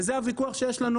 וזה הוויכוח שיש לנו,